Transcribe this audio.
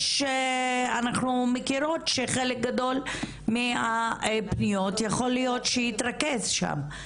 אנחנו מכירות שחלק גדול מהפניות יכול להיות שהתרכז שם,